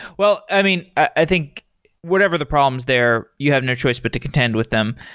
well, i mean, i think whatever the problems there, you have no choice but to contend with them.